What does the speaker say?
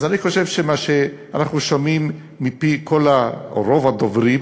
אז אני חושב שמה שאנחנו שומעים מפי רוב הדוברים